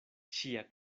ŝia